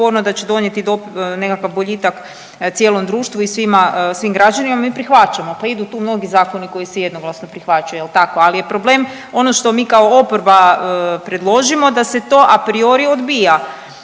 da će donijeti nekakav boljitak cijelom društvu i svima svim građanima mi prihvaćamo. Pa idu tu mnogi zakoni koji se jednoglasno prihvaćaju jel tako? Ali je problem ono što mi kao oporba predložimo da se to a priori odbija.